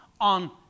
on